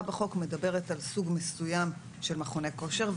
בחוק מדברת על סוג מסוים של מכוני כושר,